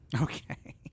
Okay